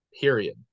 period